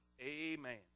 Amen